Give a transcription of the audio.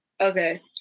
Okay